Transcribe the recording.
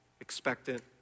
expectant